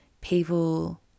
people